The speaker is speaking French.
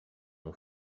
mon